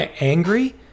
angry